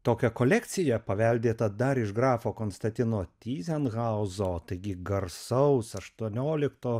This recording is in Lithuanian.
tokią kolekciją paveldėtą dar iš grafo konstantino tyzenhauzo taigi garsaus aštuoniolikto